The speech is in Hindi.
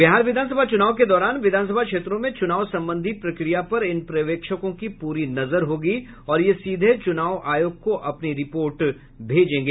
बिहार विधानसभा चुनाव के दौरान विधानसभा क्षेत्रों में चुनाव संबंधी प्रक्रिया पर इन पर्यवेक्षकों की पूरी नजर होगी और ये सीधे चुनाव आयोग को अपनी रिपोर्ट भेजेगा